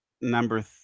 number